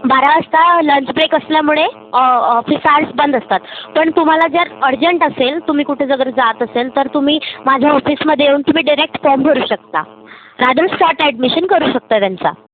बारा वाजता lunch break असल्यामुळे ऑफिस आर्स बंद असतात पण तुम्हाला जर अर्जंट असेल तुम्ही कुठे जर जात असेल तर तुम्ही माझ्या ऑफिसमधे येऊन तुम्ही डिरेक्ट फॉर्म भरू शकता रादर स्पॉट ॲडमिशन करू शकता त्यांचा